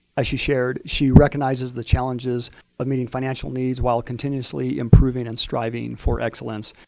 as she shared, she recognizes the challenges of meeting financial needs while continuously improving and striving for excellence.